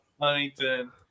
Huntington